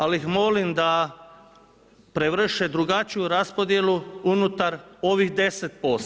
Ali ih molim da prevrše drugačiju raspodjelu unutar ovih 10%